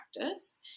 practice